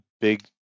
big